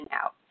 out